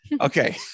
okay